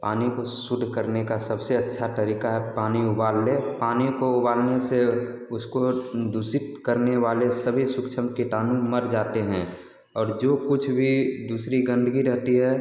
पानी को शुद्ध करने का सबसे अच्छा तरीका है पानी उबाल लें पानी को उबालने से उसको दूषित करने वाले सभी सूक्ष्म कीटाणु मर जाते हैं और जो कुछ भी दूसरी गंदगी रहती है